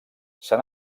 san